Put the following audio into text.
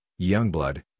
Youngblood